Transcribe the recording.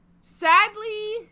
Sadly